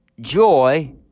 Joy